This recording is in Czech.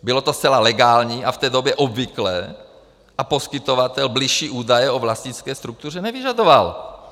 Bylo to zcela legální a v té době obvyklé a poskytovatel bližší údaje o vlastnické struktuře nevyžadoval.